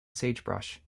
sagebrush